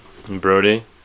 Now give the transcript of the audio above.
Brody